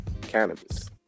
cannabis